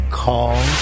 call